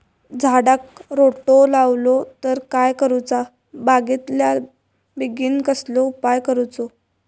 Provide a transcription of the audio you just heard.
झाडाक रोटो लागलो तर काय करुचा बेगितल्या बेगीन कसलो उपाय करूचो?